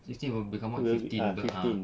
sixteen will be come out fifteen [pe] ah